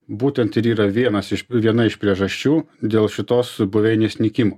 būtent ir yra vienas iš viena iš priežasčių dėl šitos buveinės nykimo